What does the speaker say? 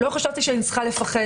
לא חשבתי שאני צריכה לפחד.